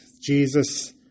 Jesus